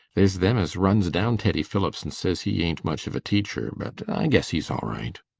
there's them as runs down teddy phillips and says he ain't much of a teacher, but i guess he's all right.